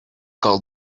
call